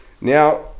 Now